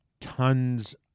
tons